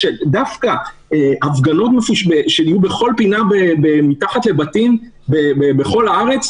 דווקא הפגנות שיהיו בכל פינה מתחת לבתים בכל הארץ,